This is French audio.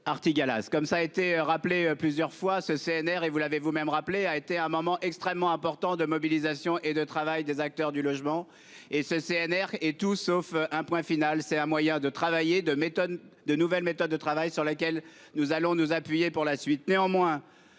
Artigalas, comme cela a été rappelé plusieurs fois, y compris par vous-même, le CNR a été un moment extrêmement important de mobilisation et de travail des acteurs du logement. Il est tout sauf un point final : c'est un moyen de réfléchir à de nouvelles méthodes de travail sur lesquelles nous allons nous appuyer pour la suite.